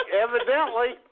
evidently